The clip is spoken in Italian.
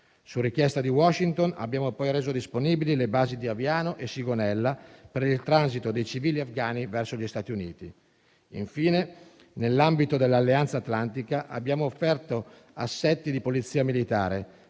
Su richiesta di Washington, abbiamo reso disponibili le basi di Aviano e Sigonella per il transito dei civili afghani verso gli Stati Uniti. Infine, nell'ambito dell'Alleanza atlantica abbiamo offerto assetti di polizia militare,